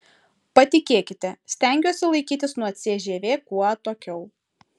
patikėkite stengiuosi laikytis nuo cžv kuo atokiau